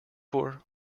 for